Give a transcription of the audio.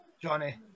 Johnny